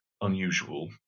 unusual